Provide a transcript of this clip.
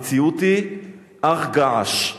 המציאות היא הר געש.